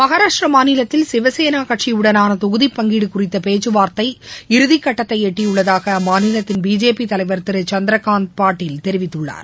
மகாராஷ்டிர மாநிலத்தில் சிவசேனா கட்சியுடனான தொகுதி பங்கீடு குறித்த பேச்சுவார்த்தை இறுதி கட்டதை எட்டியுள்ளதாக அம்மாநிலத்தின் பிஜேபி தலைவர் திரு சந்திரகாந்த் பாட்டல் தெரிவித்துள்ளார்